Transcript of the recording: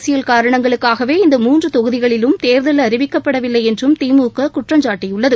அரசியல் காரணங்களுக்காகவே இந்த மூன்று தொகுதிகளிலும் தேர்தல் அறிவிக்கப்படவில்லை என்றும் திமுக குற்றம் சாட்டியுள்ளது